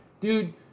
dude